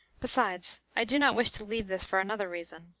besides, i do not wish to leave this for another reason.